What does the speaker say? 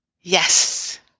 Yes